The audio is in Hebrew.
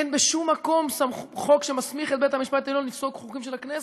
אין בשום מקום חוק שמסמיך את בית-המשפט העליון לפסול חוקים של הכנסת.